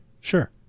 sure